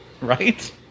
Right